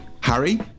Harry